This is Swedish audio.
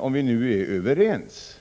Om vi är överens